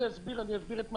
אני אסביר לאן אני מכוון.